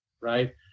right